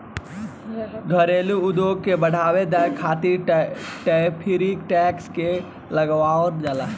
घरेलू उद्योग के बढ़ावा देबे खातिर टैरिफ टैक्स के लगावल जाला